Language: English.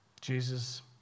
Jesus